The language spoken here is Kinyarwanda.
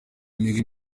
imigwi